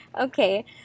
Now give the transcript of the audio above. Okay